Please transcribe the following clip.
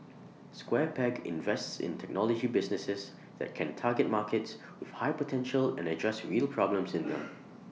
square peg invests in technology businesses that can target markets with high potential and address real problems in them